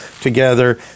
together